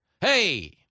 Hey